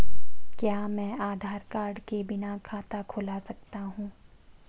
क्या मैं आधार कार्ड के बिना खाता खुला सकता हूं?